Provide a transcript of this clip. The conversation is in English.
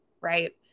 Right